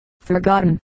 forgotten